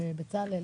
ואת בצלאל,